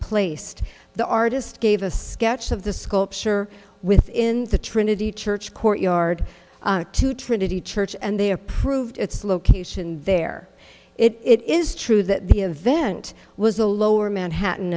placed the artist gave a sketch of the sculpture within the trinity church courtyard to trinity church and they approved its location there it is true that the event was the lower manhattan